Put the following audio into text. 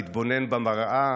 להתבונן במראה,